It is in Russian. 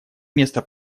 место